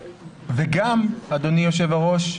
וגם, אדוני היושב-ראש,